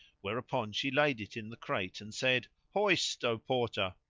whereupon she laid it in the crate and said hoist, o porter.